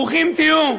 ברוכים תהיו.